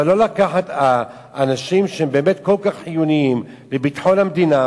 אבל אנשים שכל כך חיוניים לביטחון המדינה,